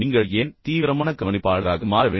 நீங்கள் ஏன் தீவிரமான கவனிப்பாளராக மாற வேண்டும்